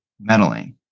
meddling